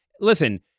listen